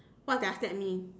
what does that mean